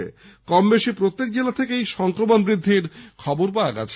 mock বেশি প্রত্যেক জেলা থেকেই সমক্রমণ বৃদ্ধির খবর পাওয়া গেছে